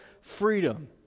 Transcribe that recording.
freedom